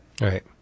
Right